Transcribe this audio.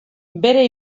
bere